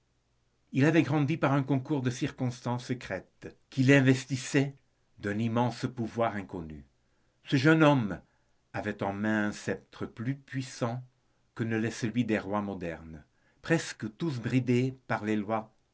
il avait grandi par un concours de circonstances secrètes qui l'investissaient d'un immense pouvoir inconnu ce jeune homme avait en main un sceptre plus puissant que ne l'est celui des rois modernes presque tous bridés par les lois